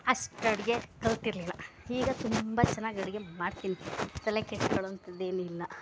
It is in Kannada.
ಅಷ್ಟು ಅಡುಗೆ ಕಲ್ತಿರಲಿಲ್ಲ ಈಗ ತುಂಬ ಚೆನ್ನಾಗಿ ಅಡುಗೆ ಮಾಡ್ತೀನಿ ತಲೆ ಕೆಡಿಸ್ಕೊಳ್ಳೋಂಥದ್ದೇನಿಲ್ಲ